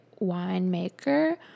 winemaker